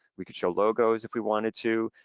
we could show logos if we wanted to.